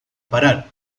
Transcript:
parar